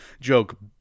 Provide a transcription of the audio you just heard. joke